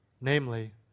namely